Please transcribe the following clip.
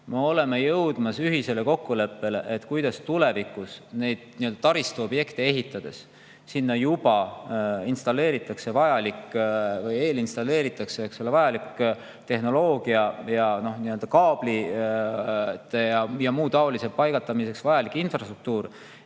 me oleme jõudmas ühisele kokkuleppele, kuidas tulevikus taristuobjekte ehitades sinna juba installeerida või eelinstalleerida vajalik tehnoloogia ning kaablite ja muu taolise paigaldamiseks vajalik infrastruktuur,